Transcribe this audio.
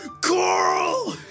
Coral